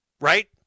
Right